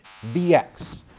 VX